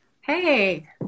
Hey